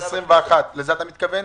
2021, לזה אתה מתכוון?